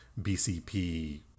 BCP